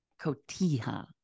Cotija